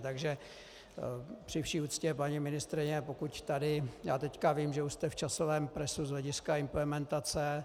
Takže při vší úctě, paní ministryně, pokud tady já teď vím, že už jste v časovém presu z hlediska implementace.